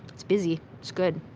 it's busy. it's good.